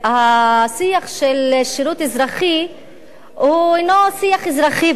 השיח של שירות אזרחי אינו שיח אזרחי בכלל.